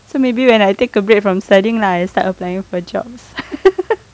so maybe when I take a break from studying lah I start applying for a jobs